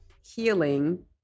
healing